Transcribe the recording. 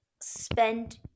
spend